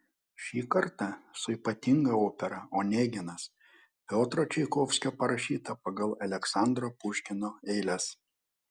šį kartą su ypatinga opera oneginas piotro čaikovskio parašyta pagal aleksandro puškino eiles